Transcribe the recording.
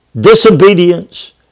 disobedience